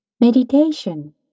Meditation